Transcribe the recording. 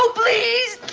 so please!